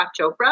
Chopra